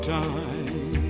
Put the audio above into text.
time